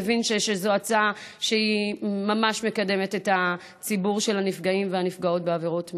מבין שזו הצעה שממש מקדמת את הציבור של הנפגעים והנפגעות בעבירות מין.